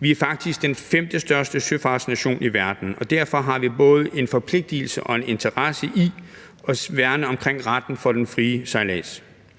Vi er faktisk den femtestørste søfartsnation i verden, og derfor har vi både en forpligtelse til og en interesse i at værne om retten til den frie sejlads.